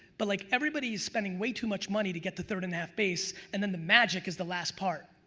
but like everybody is spending way too much money to get to third-and-a-half base and then the magic is the last part,